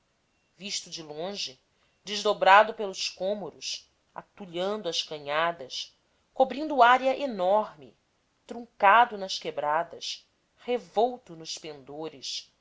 visto de longe desdobrado pelos cômoros atulhando as canhadas cobrindo área enorme truncado nas quebradas revolto nos pendores